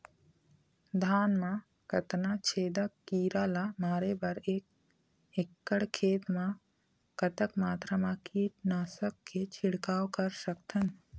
धान मा कतना छेदक कीरा ला मारे बर एक एकड़ खेत मा कतक मात्रा मा कीट नासक के छिड़काव कर सकथन?